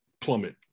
plummet